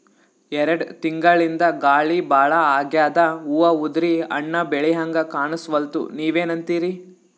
ಎರೆಡ್ ತಿಂಗಳಿಂದ ಗಾಳಿ ಭಾಳ ಆಗ್ಯಾದ, ಹೂವ ಉದ್ರಿ ಹಣ್ಣ ಬೆಳಿಹಂಗ ಕಾಣಸ್ವಲ್ತು, ನೀವೆನಂತಿರಿ?